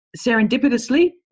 serendipitously